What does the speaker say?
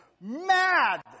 mad